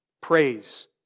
Praise